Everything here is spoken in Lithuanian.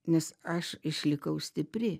nes aš išlikau stipri